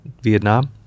Vietnam